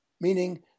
meaning